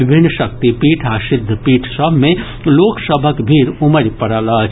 विभिन्न शक्तिपीठ आ सिद्ध पीठ सभ मे लोक सभक भीड़ उमड़ि पड़ल अछि